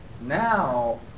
now